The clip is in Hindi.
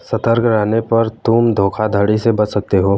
सतर्क रहने पर तुम धोखाधड़ी से बच सकते हो